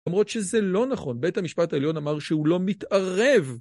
למרות שזה לא נכון, בית המשפט העליון אמר שהוא לא מתערב.